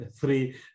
three